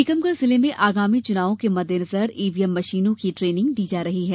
टीकमगढ़ जिले में आगामी चुनाव के मद्देनजर ईवीएम मशीनों की ट्रेनिंग दी जा रही है